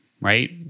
right